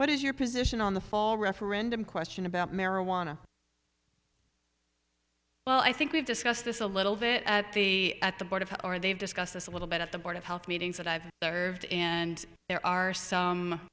what is your position on the fall referendum question about marijuana well i think we've discussed this a little bit at the at the board of or they've discussed this a little bit at the board of health meetings that i've served in and there are some